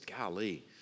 golly